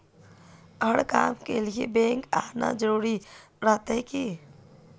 हर काम के लिए बैंक आना जरूरी रहते की?